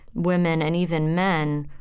women, and even men,